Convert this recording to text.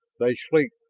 they sleep,